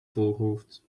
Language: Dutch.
voorhoofd